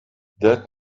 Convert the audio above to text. that